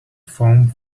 foam